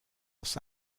los